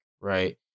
right